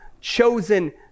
chosen